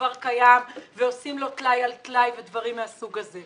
שכבר קיים ועושים לו טלאי על טלאי ודברים מהסוג הזה?